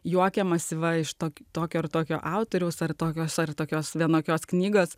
juokiamasi va iš to tokio ar tokio autoriaus ar tokios ar tokios vienokios knygos